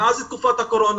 מאז תקופת קורונה,